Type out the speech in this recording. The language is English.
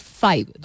five